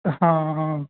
ਹਾਂ ਹਾਂ